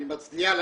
אני מצדיע לגננות,